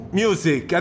music